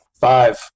Five